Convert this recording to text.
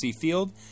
Field